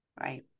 Right